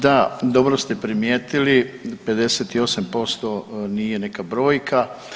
Da, dobro ste primijetili 58% nije neka brojka.